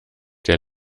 der